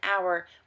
hour